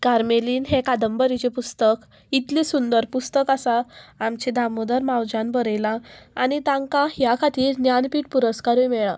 कार्मेलीन हें कादंबरीचें पुस्तक इतलें सुंदर पुस्तक आसा आमचें दामोदर मावजान बरयलां आनी तांकां ह्या खातीर ज्ञानपीठ पुरस्कारूय मेळ्ळां